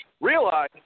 Realize